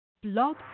Blog